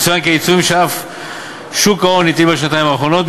יצוין כי העיצומים שאגף שוק ההון הטיל בשנתיים האחרונות,